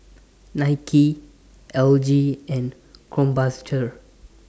Nike L G and Krombacher